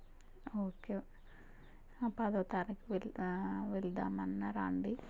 okay పదవ తారీఖు వెళదాము వెళదాము అన్నారా అండీ